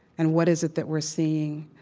and what is it that we're seeing?